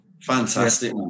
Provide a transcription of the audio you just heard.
Fantastic